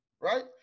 right